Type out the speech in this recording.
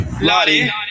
Lottie